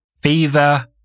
fever